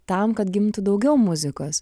tam kad gimtų daugiau muzikos